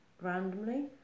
randomly